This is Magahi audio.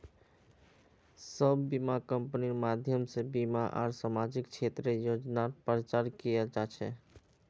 सब बीमा कम्पनिर माध्यम से बीमा आर सामाजिक क्षेत्रेर योजनार प्रचार कियाल जा छे